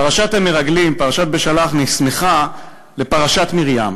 פרשת המרגלים, פרשת בשלח, נסמכה לפרשת מרים.